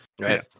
right